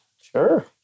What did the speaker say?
Sure